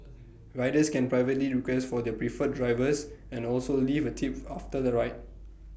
riders can privately request for their preferred drivers and also leave A tip after the ride